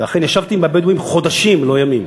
ואכן ישבתי עם הבדואים חודשים, לא ימים.